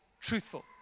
truthful